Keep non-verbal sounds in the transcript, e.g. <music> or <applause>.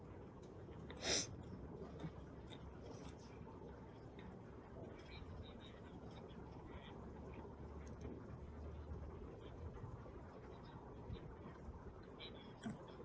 <noise>